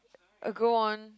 uh go on